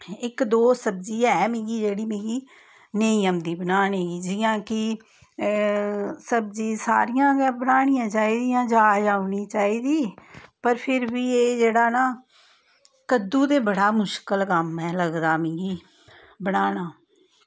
इक दो सब्जी ऐ मिगी जेह्ड़ी मिगी नेईं औंदी बनाने गी जि'यां कि सब्जी सारियां गै बनानियां चाहि दियां जाच औनी चाहिदी पर फिर बी एह् जेह्ड़ा ना कद्दू ते बड़ा मुश्कल कम्म ऐ लगदा मिगी बनाना